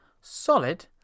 Solid